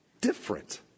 different